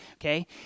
okay